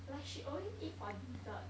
like she always eat for dessert